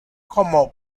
como